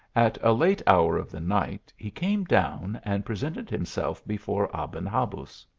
at a late hour of the night he came down and presented himself before aben habuz.